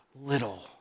little